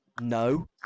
no